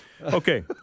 Okay